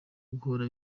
guhora